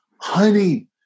Honey